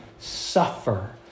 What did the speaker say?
suffer